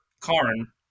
Karn